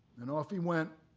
and off he went,